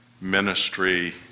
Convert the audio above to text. ministry